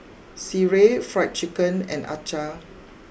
Sireh Fried Chicken and Acar